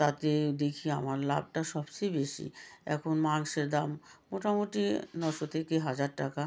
তাতে দেখি আমার লাভটা সবচেয়ে বেশি এখন মাংসের দাম মোটামুটি নশো থেকে হাজার টাকা